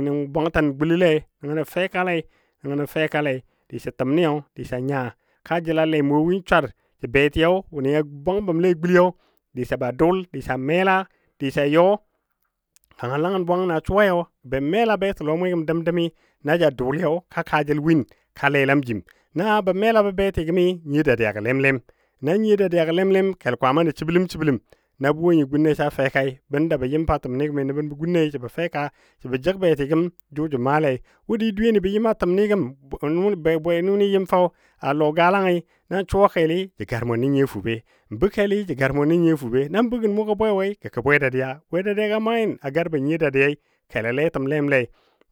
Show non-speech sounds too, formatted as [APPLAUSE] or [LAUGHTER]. Nəngɔ nə bwantən gulɔ lei nə fɛkale nəngo nə fɛkale disɔ təmni disə nya ka jəl a lem wo win swar sa betiyo wʊnɨ bwang bəmle a guli disɔ ba dʊl disa mela disa yɔ kanga nangan bwanganɔ suwai gə mela betəlɔ mui gəm dəm dəmi naja dʊli ka kaajəl a lela jim. Na na melabɔ beti gəmi nyiyo dadiya lem- lem na nyiyo dadiyagɔ lem lemi kel kwaamnɔ shiblem shiblem nabə wo gunne sa fɛkai, bən da bə yɨm fa təmni gəmi nabən bə gunne səbɔ fɛka səbɔ jəg betigəm jʊ ja maalei. Wo di dweyeni bə yɨm a təmni gəm [HESITATION] bebwe nʊnɨ yɨ a lɔ galanyi nan Suwa keli ja gar mʊn nə nyiyo fube nan bə kelli kar mun nə nyiyo fube nan bəgən mugə bwe wei gə gɔ bwe dadiya bwe dadiya maa nyi a garbɔ nyiyo dadiyai kelo letəm lemlei